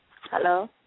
Hello